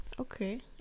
okay